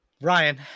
Ryan